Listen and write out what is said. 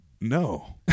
no